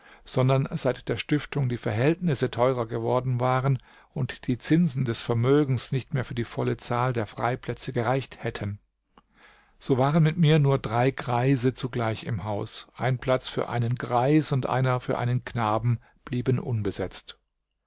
sondern seit der stiftung die verhältnisse teurer geworden waren und die zinsen des vermögens nicht mehr für die volle zahl der freiplätze gereicht hätten so waren mit mir nur drei greise zugleich im hause ein platz für einen greis und einer für einen knaben blieben unbesetzt